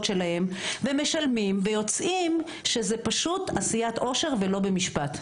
שלהם ומשלמים וזה פשוט עשיית עושר ולא במשפט.